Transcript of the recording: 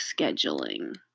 scheduling